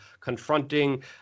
confronting